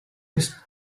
his